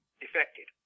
defected